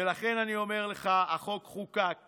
ולכן אני אומר לך, החוק חוקק